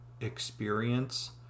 experience